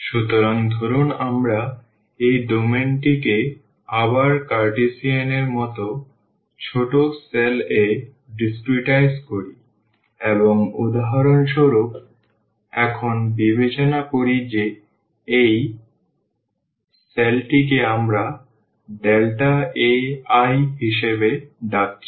সুতরাং ধরুন আমরা এই ডোমেইনটিকে আবার কার্টেসিয়ান এর মতো ছোট সেল এ ডিসক্রেটাইজ করি এবং উদাহরণস্বরূপ এখানে বিবেচনা করি যে এই সেলটিকে আমরা Ai হিসেবে ডাকছি